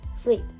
sleep